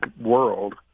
world